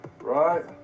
right